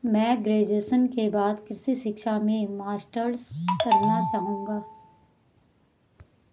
मैं ग्रेजुएशन के बाद कृषि शिक्षा में मास्टर्स करना चाहूंगा